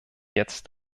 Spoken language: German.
jetzt